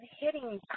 hitting